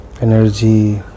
energy